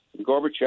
Gorbachev